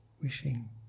wishing